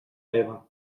hereva